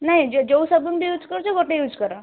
ନାହିଁ ଯେଉଁ ସାବୁନ ବି ୟୁଜ୍ କରୁଛ ଗୋଟେ ୟୁଜ୍ କର